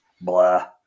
blah